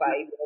five